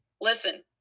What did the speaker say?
listen